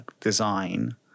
design